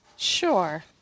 Sure